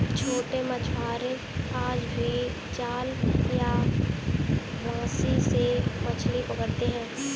छोटे मछुआरे आज भी जाल या बंसी से मछली पकड़ते हैं